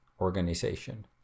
organization